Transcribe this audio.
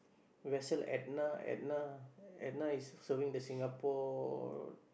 vessel Edna Edna Edna is serving the Singapore